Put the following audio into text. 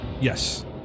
Yes